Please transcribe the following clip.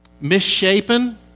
misshapen